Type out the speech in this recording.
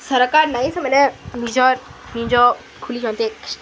ସରକାର ନାହିଁ ସେମାନେ ନିଜ ନିଜ ଖୋଲିଛନ୍ତି